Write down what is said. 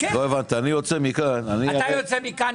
אני יוצא מפה עכשיו --- אתה יוצא מכאן,